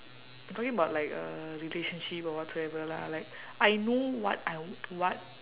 I'm talking about like a relationship or whatsoever lah like I know what I what